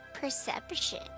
Perception